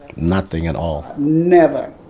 nothing at all never.